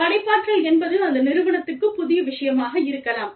படைப்பாற்றல் என்பது அந்த நிறுவனத்துக்கு புதிய விஷயமாக இருக்கலாம்